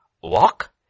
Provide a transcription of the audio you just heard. walk